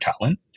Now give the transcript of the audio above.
talent